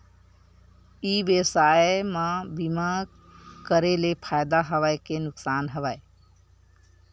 ई व्यवसाय म बीमा करे ले फ़ायदा हवय के नुकसान हवय?